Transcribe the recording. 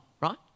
right